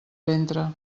ventre